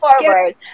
forward